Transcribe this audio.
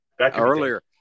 Earlier